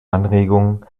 anregung